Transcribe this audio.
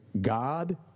God